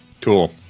Cool